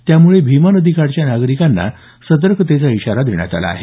त्यामुळे भीमा नदीकाठच्या नागरिकांना सतर्कतेचा इशारा देण्यात आला आहे